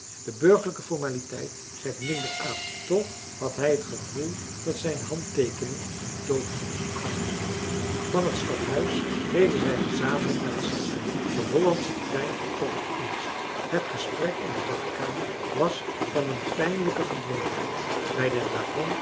de burgerlijke formaliteit grijpt minder aan toch had hij het gevoel dat zijn handteekening een doodvonnis bekrachtigde van het stadhuis reden zij gezamenlijk naar het station de hollandsche trein vertrok het eerst het gesprek in de wachtkamer was van een pijnlijke gedwongenheid bij den wagon